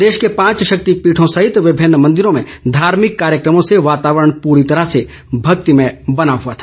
प्रदेश के पांच शक्तिपीठों सहित विभिन्न मन्दिरों में धार्मिक कार्यक्रमों से वातावरण पूरी तरह भक्तिमय बना हुआ है